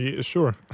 Sure